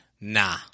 Nah